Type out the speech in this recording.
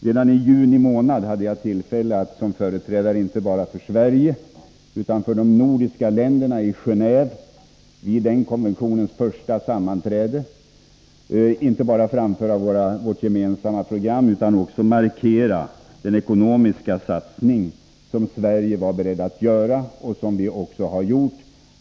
Redan i juni månad hade jag tillfälle att som företrädare inte bara för Sverige utan för de nordiska länderna i Gené&ve vid den konventionens första sammanträde inte bara framföra vårt gemensamma program utan också markera den ekonomiska satsning som Sverige var berett att göra och som vi också har gjort.